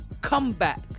comeback